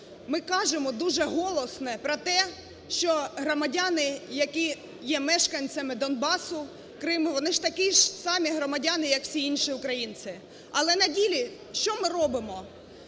ми кажемо дуже голосно про те, що громадяни, які є мешканцями Донбасу, Криму, вони такі ж самі громадяни, як всі інші українці. Але на ділі що ми робимо?